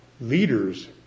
leaders